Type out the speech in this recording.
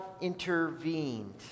intervened